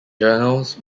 journals